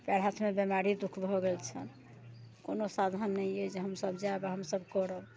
पएर हाथमे बेमारी दुःख भऽ गेल छनि कोनो साधन नहि अइ जे हमसभ जायब आ हमसभ करब